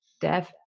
dev